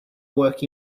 work